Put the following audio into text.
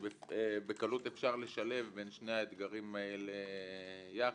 שבקלות אפשר לשלב את שני האתגרים האלה יחד,